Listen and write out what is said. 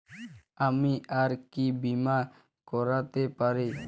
আমি আর কি বীমা করাতে পারি?